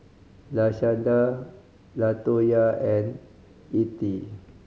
Lashanda Latonya and Ethie